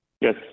Yes